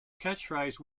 catchphrase